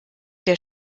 der